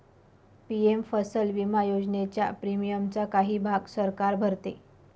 PM फसल विमा योजनेच्या प्रीमियमचा काही भाग सरकार भरते